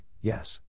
yes